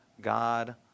God